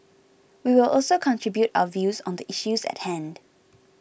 we will also contribute our views on the issues at hand